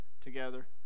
together